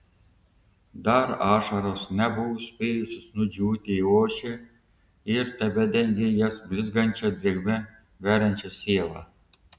dar ašaros nebuvo spėjusios nudžiūti į ošę ir tebedengė jas blizgančia drėgme veriančia sielą